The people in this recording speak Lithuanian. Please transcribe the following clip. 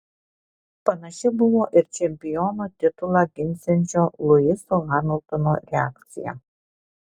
panaši buvo ir čempiono titulą ginsiančio luiso hamiltono reakcija